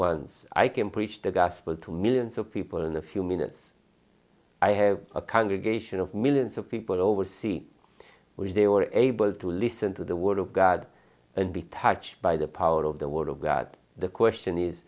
once i can preach the gospel to millions of people in a few minutes i have a congregation of millions of people overseas where they were able to listen to the word of god and be touched by the power of the word of god the question is